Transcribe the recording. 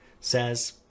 says